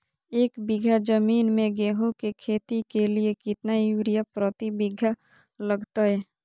एक बिघा जमीन में गेहूं के खेती के लिए कितना यूरिया प्रति बीघा लगतय?